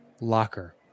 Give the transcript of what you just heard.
locker